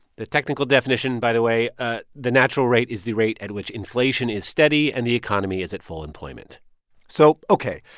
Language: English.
the technical definition, by the way ah the natural rate is the rate at which inflation is steady and the economy is at full employment so, ok,